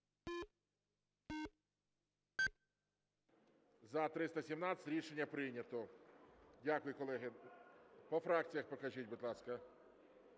За-317 Рішення прийнято. Дякую, колеги. По фракціях покажіть, будь ласка.